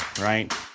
right